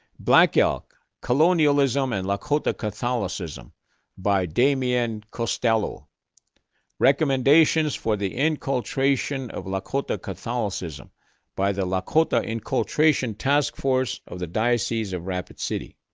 black elk colonialism and lakota catholicism by damian costello recommendations for the inculturation of lakota catholicism by the lakota inculturation task force of the diocese of rapid city